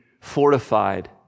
fortified